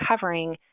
covering